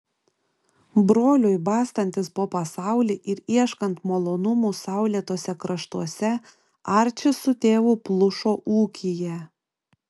broliui bastantis po pasaulį ir ieškant malonumų saulėtuose kraštuose arčis su tėvu plušo ūkyje